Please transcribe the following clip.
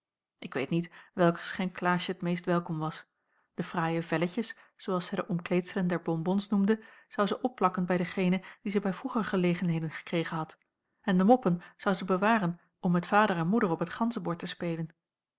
ik weet niet welk geschenk klaasje het meest welkom was de fraaie velletjens zoo als zij de omkleedselen der bonbons noemde zou zij opplakken bij degene die zij bij vroeger gelegenheden gekregen had en de moppen zou zij bewaren om met vader en moeder op t ganzebord te spelen